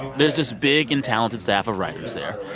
there's this big and talented staff of writers there.